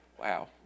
Wow